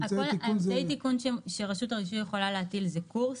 אמצעי התיקון שרשות הרישוי יכולה להטיל: קורס,